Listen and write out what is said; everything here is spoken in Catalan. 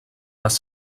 les